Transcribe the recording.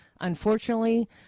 Unfortunately